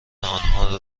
آنها